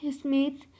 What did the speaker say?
Smith